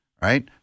Right